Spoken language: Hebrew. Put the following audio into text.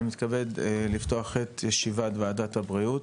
אני מתכבד לפתוח את ישיבת וועדת הבריאות,